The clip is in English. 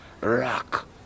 rock